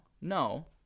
No